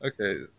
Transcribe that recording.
Okay